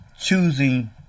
choosing